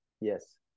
Yes